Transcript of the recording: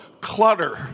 clutter